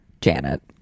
janet